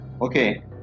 okay